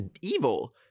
evil